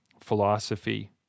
philosophy